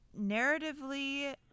narratively